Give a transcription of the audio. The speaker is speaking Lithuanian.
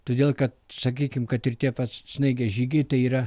todėl kad sakykim kad ir pats snaigės žygiai tai yra